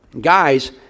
Guys